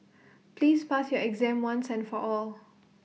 please pass your exam once and for all